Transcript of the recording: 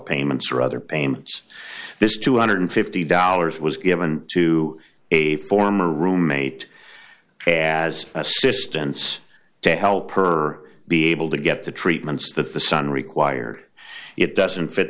payments or other payments this two hundred and fifty dollars was given to a former roommate as assistance to help her be able to get the treatments that the son required it doesn't fit